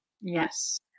Yes